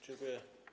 Dziękuję.